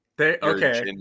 okay